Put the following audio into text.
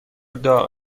داغ